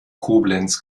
koblenz